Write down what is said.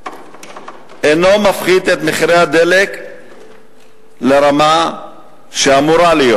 ואינו מפחית את מחירי הדלק לרמה שאמורה להיות.